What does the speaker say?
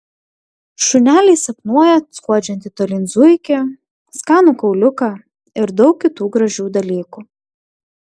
šuneliai sapnuoja skuodžiantį tolyn zuikį skanų kauliuką ir daug kitų gražių dalykų